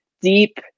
deep